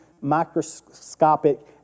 microscopic